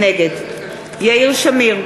נגד יאיר שמיר,